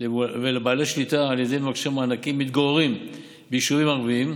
ולבעלי שליטה על ידי מבקשי מענקים המתגוררים בישובים ערביים.